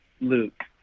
Luke